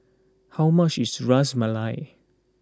how much is Ras Malai